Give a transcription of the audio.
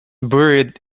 buried